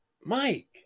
Mike